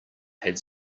had